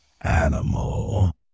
animal